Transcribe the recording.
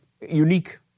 unique